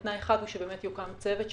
תנאי אחד הוא שיוקם צוות.